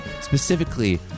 specifically